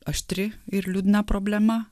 aštri ir liūdna problema